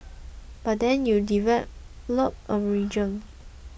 but then you develop a regime